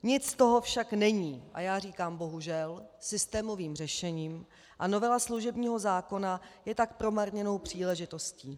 Nic z toho však není, a já říkám, bohužel, systémovým řešením, a novela služebního zákona je tak promarněnou příležitostí.